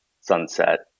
sunset